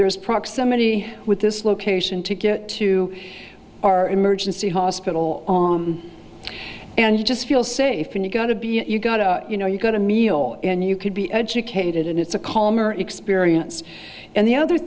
there is proximity with this location to get to our emergency hospital and you just feel safe when you go to be you got to you know you got a meal and you could be educated and it's a calmer experience and the other